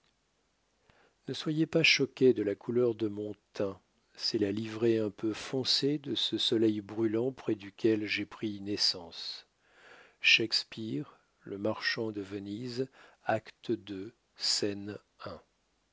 ne soyez pas choqués de la couleur de mon teint c'est la livrée un peu foncée de ce soleil brûlant près duquel j'ai pris naissance shakespeare le marchand de venise acte ii